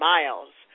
Miles